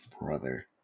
brother